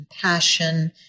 compassion